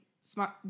smart